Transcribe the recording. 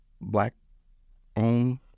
black-owned